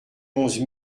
onze